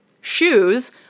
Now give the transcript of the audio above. Shoes